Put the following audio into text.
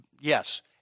Yes